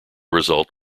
result